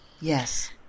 yes